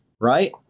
right